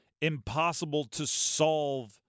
impossible-to-solve